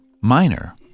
minor